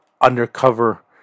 undercover